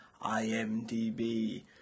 IMDB